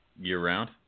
Year-round